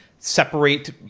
separate